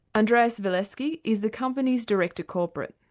andreas walewski is the company's director corporate.